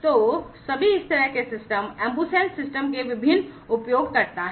तो सभी इस तरह के सिस्टम AmbuSens सिस्टम के विभिन्न उपयोगकर्ता हैं